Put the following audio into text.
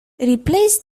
replace